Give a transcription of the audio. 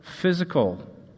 physical